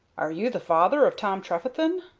are you the father of tom trefethen?